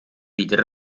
wieder